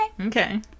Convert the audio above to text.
Okay